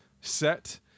set